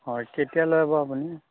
হয় কেতিয়ালৈ আপুনি